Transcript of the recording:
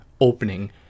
opening